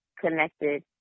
connected